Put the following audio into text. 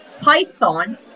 Python